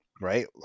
right